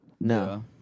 No